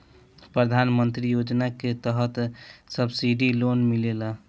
प्रधान मंत्री योजना के तहत सब्सिडी लोन मिलेला